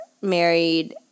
married